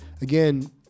Again